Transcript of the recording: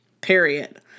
period